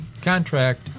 contract